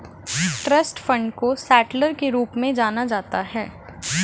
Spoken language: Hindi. ट्रस्ट फण्ड को सेटलर के रूप में जाना जाता है